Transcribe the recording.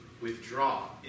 withdraw